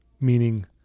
Meaning